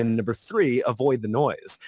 and number three, avoid the noise.